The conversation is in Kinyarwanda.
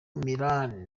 milan